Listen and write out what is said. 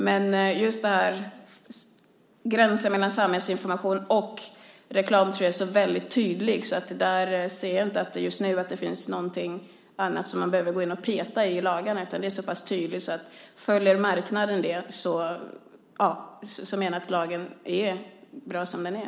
Men gränsen mellan samhällsinformation och reklam tror jag är så väldigt tydlig att jag inte ser att det just nu finns något som man behöver ändra i lagen. Det är tydligt. Följer marknaden det menar jag att lagen är bra som den är.